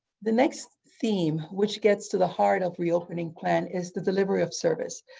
the next theme which gets to the heart of reopening plan is the deliverey of service.